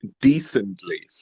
decently